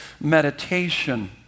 meditation